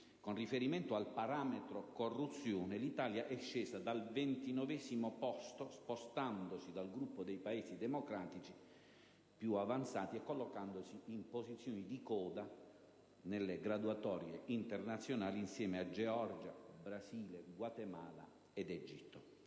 con riferimento al parametro corruzione, l'Italia è scesa dal 29° posto che occupava, spostandosi dal gruppo dei Paesi democratici più avanzati e collocandosi in posizioni di coda nelle graduatorie internazionali, insieme a Georgia, Brasile, Guatemala ed Egitto.